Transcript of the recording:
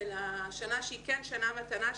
אלא שנה שהיא כן שנה מתנה,